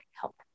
help